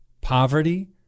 poverty